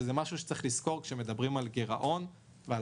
וזה משהו שצריך לזכור כשמדברים על גירעון ועל